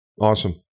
Awesome